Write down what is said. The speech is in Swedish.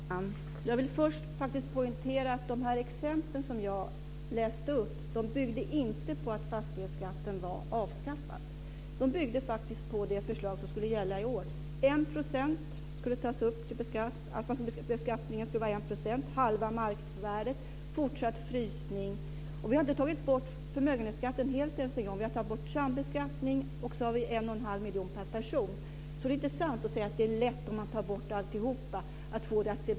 Fru talman! Jag vill först faktiskt poängtera att de exempel som jag läste upp inte byggde på att fastighetsskatten var avskaffad. De byggde faktiskt på det förslag som skulle gälla i år, att beskattningen skulle vara 1 %, halva markvärdet och fortsatt frysning. Vi har inte ens tagit bort förmögenhetsskatten helt. Vi har tagit bort sambeskattning och angett fribeloppet till 1 1⁄2 miljon per person.